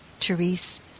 Therese